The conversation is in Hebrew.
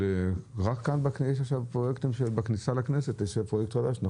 יש בכניסה לכנסת פרויקט חדש של